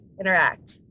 interact